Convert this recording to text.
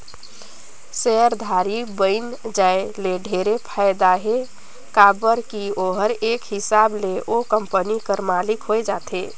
सेयरधारी बइन जाये ले ढेरे फायदा हे काबर की ओहर एक हिसाब ले ओ कंपनी कर मालिक होए जाथे